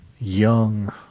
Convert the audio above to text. young